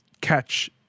catch